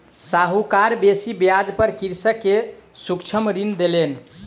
साहूकार बेसी ब्याज पर कृषक के सूक्ष्म ऋण देलैन